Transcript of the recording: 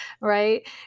right